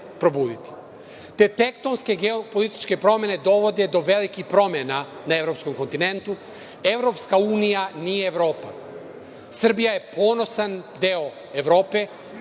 probuditi. Te tektonske geopolitičke promene dovode do velikih promena na evropskom kontinentu. Evropska unija nije Evropa. Srbija je ponosan deo Evrope,